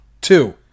Two